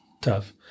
tough